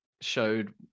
showed